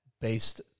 based